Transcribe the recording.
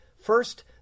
First